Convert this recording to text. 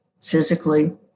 physically